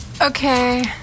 Okay